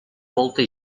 molta